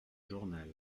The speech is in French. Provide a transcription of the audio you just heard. journal